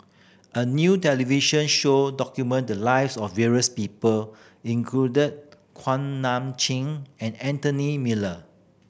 a new television show document the lives of various people included Kuak Nam Jin and Anthony Miller